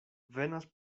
venas